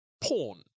porn